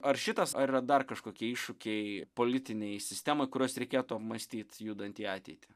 ar šitas ar yra dar kažkokie iššūkiai politinei sistemai kuriuos reikėtų apmąstyt judant į ateitį